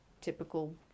typical